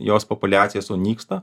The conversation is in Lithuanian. jos populiacija sunyksta